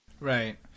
Right